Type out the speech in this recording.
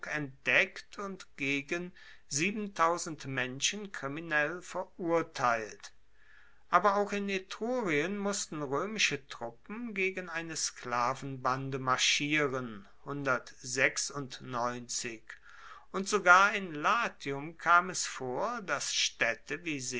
entdeckt und gegen menschen kriminell verurteilt aber auch in etrurien mussten roemische truppen gegen eine sklavenbande marschieren und sogar in latium kam es vor dass staedte